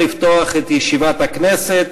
אני מתכבד לפתוח את ישיבת הכנסת.